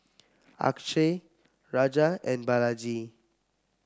Akshay Raja and Balaji